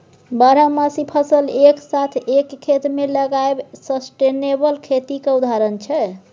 बारहमासी फसल एक साथ एक खेत मे लगाएब सस्टेनेबल खेतीक उदाहरण छै